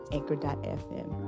Anchor.fm